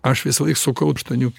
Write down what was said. aš visąlaik sukau aštuoniuk